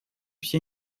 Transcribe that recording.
все